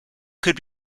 could